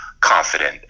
confident